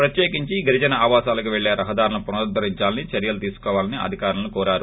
ప్రత్యేకించి గిరిజన ఆవాసాలకు పెళ్లే రహదారులను పునరుద్గరించడానికి చర్యలు ేతీసుకోవాలని అధికారులను కోరారు